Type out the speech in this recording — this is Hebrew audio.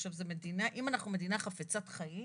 עכשיו, אם אנחנו מדינה חפצת חיים